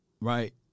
right